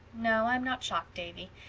no, i'm not shocked, davy.